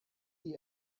sie